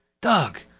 Doug